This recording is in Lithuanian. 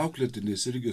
auklėtiniais irgi